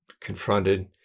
confronted